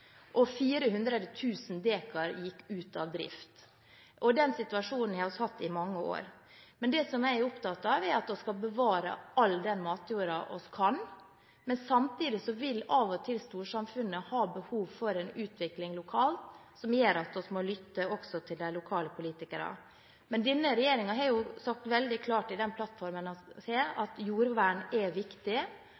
drift. Den situasjonen har vi hatt i mange år. Det jeg er opptatt av, er at vi skal bevare all den matjorden vi kan. Men samtidig vil storsamfunnet av og til ha behov for en utvikling lokalt som gjør at vi må lytte også til de lokale politikerne. Denne regjeringen har sagt veldig klart i den